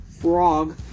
frog